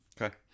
Okay